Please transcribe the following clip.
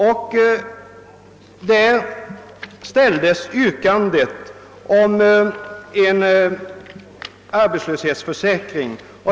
Där ställdes yrkande om en arbetslöshetsförsäkring.